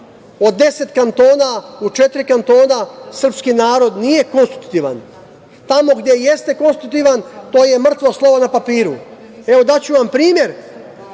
10 kantona u četiri kantona srpski narod nije konstruktivan. Tamo je jeste konstruktivan to je mrtvo slovo na papiru. Daću vam primer.